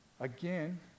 again